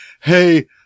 hey